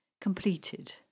Completed